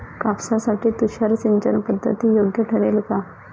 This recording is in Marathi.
कापसासाठी तुषार सिंचनपद्धती योग्य ठरेल का?